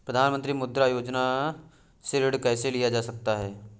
प्रधानमंत्री मुद्रा योजना से ऋण कैसे लिया जा सकता है?